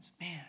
Man